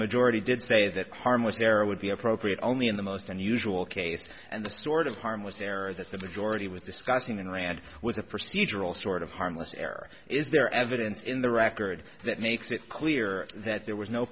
majority did say that harmless error would be appropriate only in the most unusual case and the sort of harmless error that the majority was discussing inland was a procedural sort of harmless error is there evidence in the record that makes it clear that there was no